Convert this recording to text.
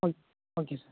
okay okay sir